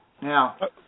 Now